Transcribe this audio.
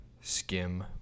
skim